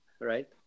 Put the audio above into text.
right